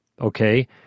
okay